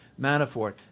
Manafort